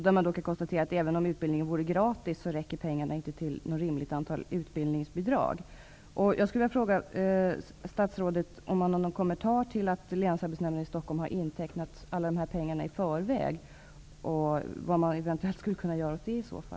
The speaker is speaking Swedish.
Man kan även konstatera att även om utbildningen vore gratis räcker inte pengarna till ett rimligt utbildningsbidrag.